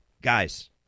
guys